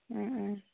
ഉം ഉം